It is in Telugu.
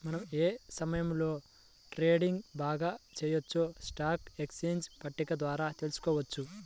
మనం ఏ సమయంలో ట్రేడింగ్ బాగా చెయ్యొచ్చో స్టాక్ ఎక్స్చేంజ్ పట్టిక ద్వారా తెలుసుకోవచ్చు